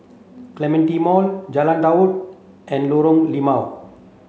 Clementi Mall Jalan Dua and Lorong Limau